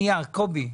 קובי,